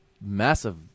massive